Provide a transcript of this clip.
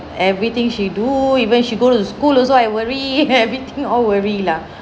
everything she do even she go to school also I worry everything all worry lah